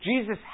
Jesus